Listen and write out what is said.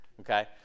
Okay